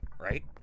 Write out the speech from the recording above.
right